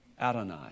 Adonai